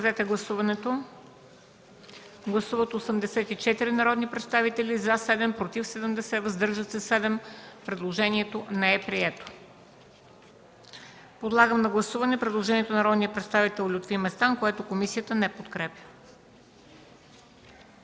комисията не подкрепя. Гласували 84 народни представители: за 7, против 70, въздържали се 7. Предложението не е прието. Подлагам на гласуване предложението на народния представител Лютви Местан, което комисията не подкрепя.